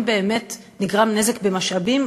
אם באמת נגרם נזק במשאבים,